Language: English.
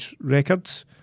Records